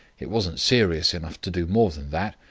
it wasn't serious enough to do more than that.